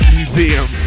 museum